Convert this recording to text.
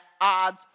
odds